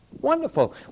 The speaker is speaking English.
Wonderful